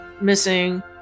missing